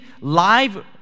live